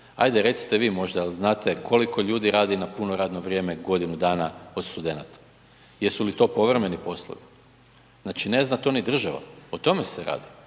Ajde recite vi možda jel znate koliko ljudi radi na puno radno vrijeme godinu dana od studenata? Jesu li to povremeni poslovi? Znači ne zna to ni država. O tome se radi.